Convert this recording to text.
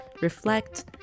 reflect